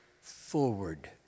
forward